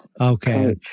Okay